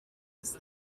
his